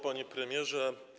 Panie Premierze!